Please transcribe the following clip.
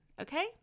Okay